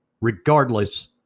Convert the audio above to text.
regardless